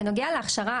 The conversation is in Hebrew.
בנוגע להכשרה,